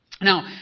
Now